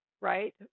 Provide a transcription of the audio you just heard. right